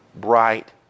bright